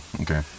okay